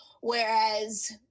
whereas